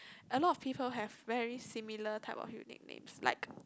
a lot of people have very similar type of unique names like